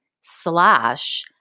slash